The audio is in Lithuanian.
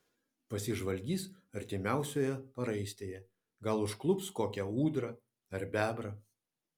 pasižvalgys artimiausioje paraistėje gal užklups kokią ūdrą ar bebrą